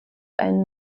einen